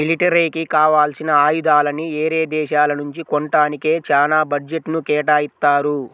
మిలిటరీకి కావాల్సిన ఆయుధాలని యేరే దేశాల నుంచి కొంటానికే చానా బడ్జెట్ను కేటాయిత్తారు